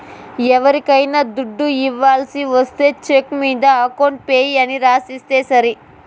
ఎవరికైనా దుడ్డు ఇవ్వాల్సి ఒస్తే చెక్కు మీద అకౌంట్ పేయీ అని రాసిస్తే సరి